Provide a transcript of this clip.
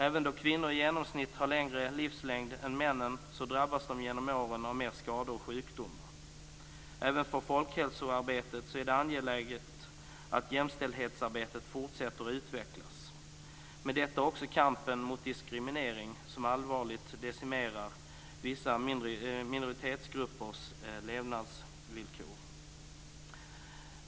Även om kvinnor i genomsnitt har längre livslängd än männen drabbas de genom åren av mer skador och sjukdomar. Även för folkhälsoarbetet är det angeläget att jämställdhetsarbetet fortsätter att utvecklas. Med detta följer också kampen mot diskriminering som allvarligt försämrar vissa minoritetsgruppers levnadsvillkor.